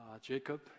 jacob